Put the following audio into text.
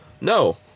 No